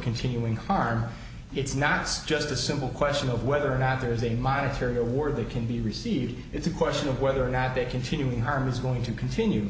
continuing harm it's not it's just a simple question of whether or not there is a monetary award that can be received it's a question of whether or not a continuing arm is going to continue